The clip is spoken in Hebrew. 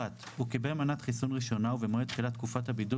(1)הוא קיבל מנת חיסון ראשונה ובמועד תחילת תקופת הבידוד